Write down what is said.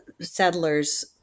settlers